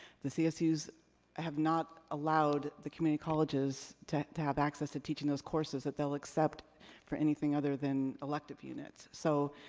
the csus have not allowed the community colleges to to have access to teaching those courses that they'll accept for anything other than elective units. so,